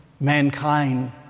mankind